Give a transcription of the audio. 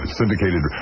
syndicated